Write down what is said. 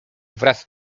wraz